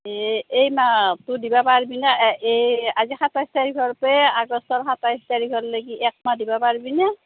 ইয়ে এই মাহটো দিব পাৰবিনে এই আজি সাতাইছ তাৰিখৰ পৰাই আগষ্টৰ সাতাইছ তাৰিখলৈকে একমাহ দিব পাৰবিনে